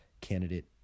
candidate